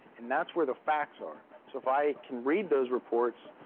and that's where the facts are. so if i can read those reports,